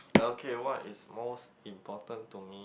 okay what is most important to me